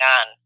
on